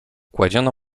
kładziono